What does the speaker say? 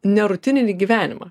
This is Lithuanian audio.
ne rutininį gyvenimą